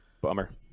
Bummer